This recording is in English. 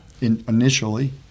initially